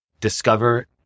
discover